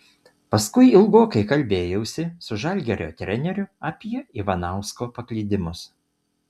paskui ilgokai kalbėjausi su žalgirio treneriu apie ivanausko paklydimus